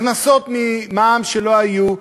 הכנסות ממע"מ שלא היו,